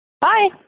Bye